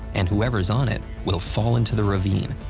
and whoever's on it will fall into the ravine.